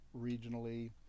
regionally